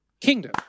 Kingdom